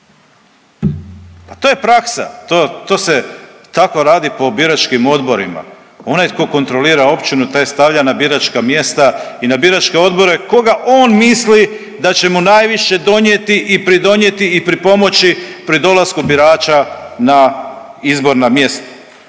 Pa to je praksa, to se tako radi po biračkim odborima. Onaj tko kontrolira općinu, taj stavlja na biračka mjesta i biračke odbore koga on misli da će mu najviše donijeti i pridonijeti i pripomoći pri dolasku birača na izborna mjesta.